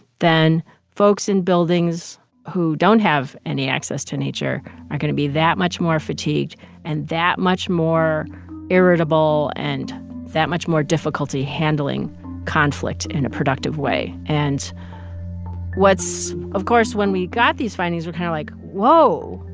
then folks in buildings who don't have any access to nature are going to be that much more fatigued and that much more irritable and that much more difficulty handling conflict in a productive way. and what's of course, when we got these findings, we were kind of like whoa,